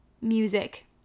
music